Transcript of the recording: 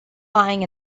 lying